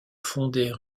fonder